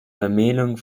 vermählung